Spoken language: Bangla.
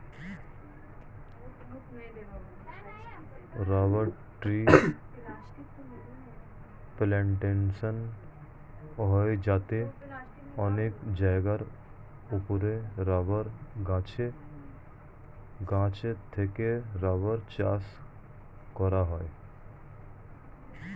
রাবার ট্রি প্ল্যান্টেশন হয় যাতে অনেক জায়গার উপরে রাবার গাছ থেকে রাবার চাষ করা হয়